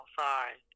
sorry